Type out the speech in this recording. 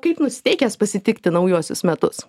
kaip nusiteikęs pasitikti naujuosius metus